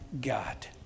God